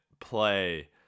play